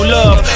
love